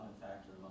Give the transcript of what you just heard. factor